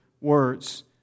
words